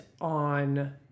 on